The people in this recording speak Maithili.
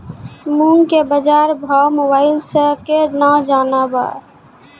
मूंग के बाजार भाव मोबाइल से के ना जान ब?